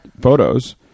photos